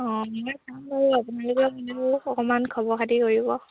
অঁ মই চাম বাৰু আপোনালোকে অকণমান খবৰ খাতি কৰিব